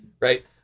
Right